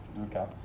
Okay